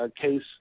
case